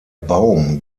baum